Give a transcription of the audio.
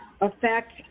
affect